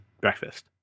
breakfast